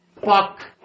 fuck